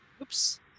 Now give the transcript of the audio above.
Oops